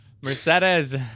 Mercedes